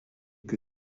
que